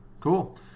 Cool